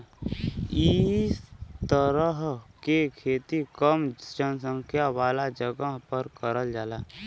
इ तरह के खेती कम जनसंख्या वाला जगह पर करल जाला